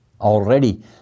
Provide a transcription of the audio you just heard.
already